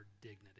dignity